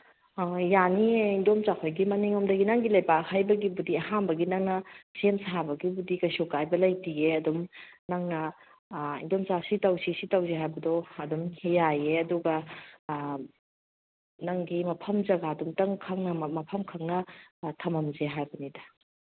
ꯑ ꯍꯣꯏ ꯌꯥꯅꯤꯌꯦ ꯏꯟꯗꯣꯝꯆꯥꯍꯣꯏꯒꯤ ꯃꯅꯤꯡꯉꯣꯝꯗꯒꯤ ꯅꯪꯒꯤ ꯂꯩꯕꯥꯛ ꯍꯩꯕꯒꯤꯕꯨꯗꯤ ꯑꯍꯥꯟꯕꯒꯤ ꯅꯪꯅ ꯁꯦꯝ ꯁꯥꯕꯒꯤꯕꯨꯗꯤ ꯀꯔꯤꯁꯨ ꯀꯥꯏꯕ ꯂꯩꯇꯤꯌꯦ ꯑꯗꯨꯝ ꯅꯪꯅ ꯏꯟꯗꯣꯝꯆꯥ ꯁꯤ ꯇꯧꯁꯤ ꯁꯤ ꯇꯧꯁꯤ ꯍꯥꯏꯕꯗꯣ ꯑꯗꯨꯝ ꯌꯥꯏꯌꯦ ꯑꯗꯨꯒ ꯅꯪꯒꯤ ꯃꯐꯝ ꯖꯒꯥꯗꯨꯃꯇꯪ ꯈꯪꯅ ꯃꯐꯝ ꯈꯪꯅ ꯊꯅꯝꯁꯦ ꯍꯥꯏꯕꯅꯤꯗ